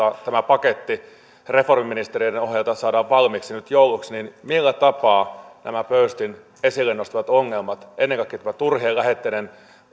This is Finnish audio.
tämä paketti reformiministerien ohjeilla saadaan valmiiksi nyt jouluksi niin millä tapaa nämä pöystin esille nostamat ongelmat ennen kaikkea tämä turhien lähetteiden